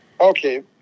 Okay